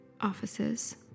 offices